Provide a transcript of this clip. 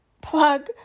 plug